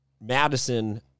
Madison